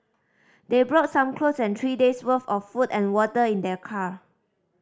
they brought some clothes and three days' worth of food and water in their car